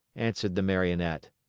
answered the marionette.